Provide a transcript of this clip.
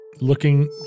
looking